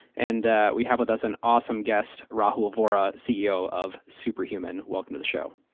and we have a dozen awesome guests. rahul vohra, ceo of superhuman, welcome to the show.